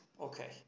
okay